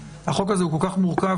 שהחוק הזה כל כך מורכב,